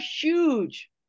huge